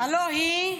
הלוא היא?